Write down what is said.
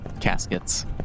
caskets